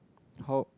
how